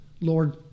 Lord